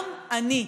גם אני.